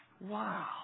Wow